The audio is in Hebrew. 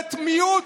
ממשלת מיעוט,